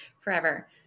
Forever